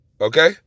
okay